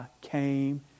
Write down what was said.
came